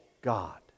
God